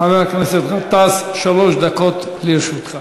חבר הכנסת גטאס, שלוש דקות לרשותך.